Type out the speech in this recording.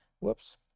Whoops